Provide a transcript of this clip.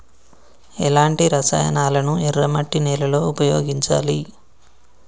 ఎలాంటి రసాయనాలను ఎర్ర మట్టి నేల లో ఉపయోగించాలి?